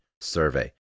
survey